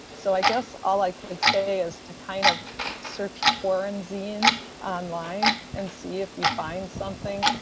so i guess all i could say is to kind of search quaranzines online and see if you find something,